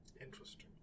Interesting